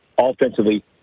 offensively